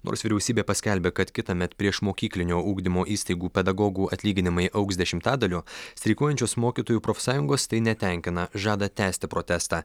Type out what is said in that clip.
nors vyriausybė paskelbė kad kitąmet priešmokyklinio ugdymo įstaigų pedagogų atlyginimai augs dešimtadaliu streikuojančios mokytojų profsąjungos tai netenkina žada tęsti protestą